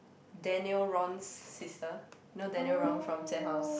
Daniel-Ron's sister you know Daniel-Ron from house